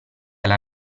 alla